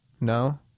No